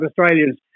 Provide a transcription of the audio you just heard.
Australians